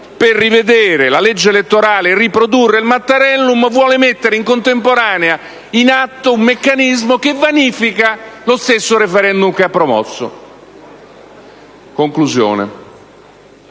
per modificare la legge elettorale e riprodurre il Mattarellum vuole mettere contemporaneamente in atto un meccanismo che vanifica lo stesso *referendum* che ha promosso. In questo